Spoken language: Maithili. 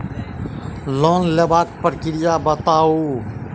लोन लेबाक प्रक्रिया बताऊ?